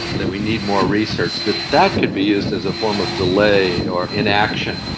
that we need more research, that that could be used as a form of delay or inaction.